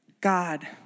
God